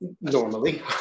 Normally